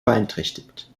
beeinträchtigt